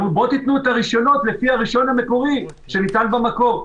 אנחנו אומרים: בואו תתנו את הרישיונות לפי הרישיון המקורי שניתן במקור.